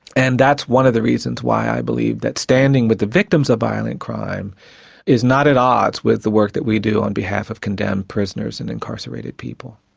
and that's one of the reasons why i believe that standing with the victims of violent crime is not at odds with the work that we do on behalf of condemned prisoners and incarcerated people.